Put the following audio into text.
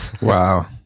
Wow